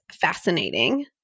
fascinating